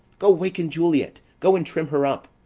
go waken juliet go and trim her up.